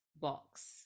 box